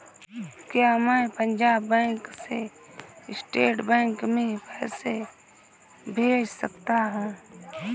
क्या मैं पंजाब बैंक से स्टेट बैंक में पैसे भेज सकता हूँ?